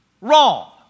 wrong